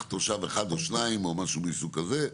תושב אחד או שניים או משהו מסוג כזה,